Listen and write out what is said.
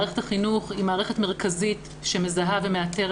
מערכת החינוך היא מערכת מרכזית שמזהה ומאתרת